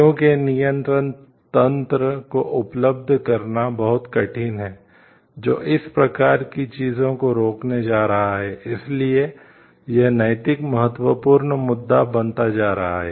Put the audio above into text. क्योंकि नियंत्रण तंत्र को उपलब्ध करना बहुत कठिन है जो इस प्रकार की चीजों को रोकने जा रहा है इसीलिए यह नैतिक महत्वपूर्ण मुद्दा बनता जा रहा है